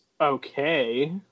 Okay